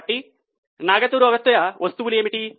కాబట్టి నగదు రహిత వస్తువులు ఏమిటి